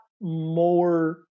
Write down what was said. more